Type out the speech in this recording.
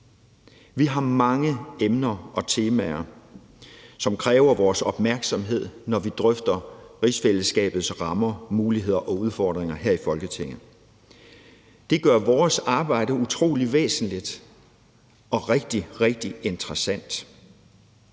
Vi har mange emner og temaer, som kræver vores opmærksomhed, når vi her i Folketinget drøfter rigsfællesskabets rammer, muligheder og udfordringer. Det gør vores arbejde utrolig væsentligt og rigtig, rigtig interessant.